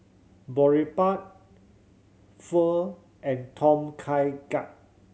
Boribap Pho and Tom Kha Gai